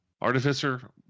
artificer